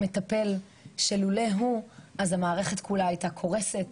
המטפל, שלולא הוא אז המערכת כולה הייתה קורסת,